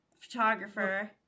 photographer